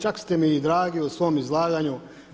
Čak ste mi i dragi u svom izlaganju.